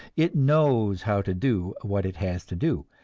it knows how to do what it has to do,